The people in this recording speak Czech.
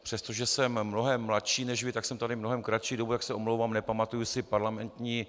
Přestože jsem mnohem mladší než vy, tak jsem tady mnohem kratší dobu, tak se omlouvám, nepamatuji si parlamentní debatu z roku 2002.